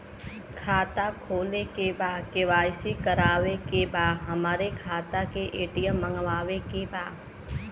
खाता खोले के बा के.वाइ.सी करावे के बा हमरे खाता के ए.टी.एम मगावे के बा?